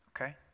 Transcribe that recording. Okay